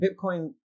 Bitcoin